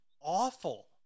awful